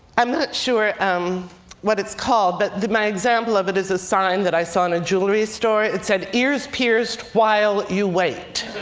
i'm not sure um what it's called. but my example of it is a sign that i saw in a jewelry store. it said, ears pierced while you wait.